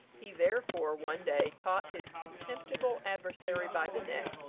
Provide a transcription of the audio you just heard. he, therefore, one day caught his contemptible adversary by the neck,